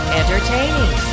entertaining